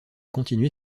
continué